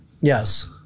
Yes